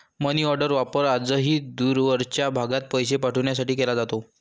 मनीऑर्डरचा वापर आजही दूरवरच्या भागात पैसे पाठवण्यासाठी केला जातो